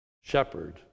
shepherd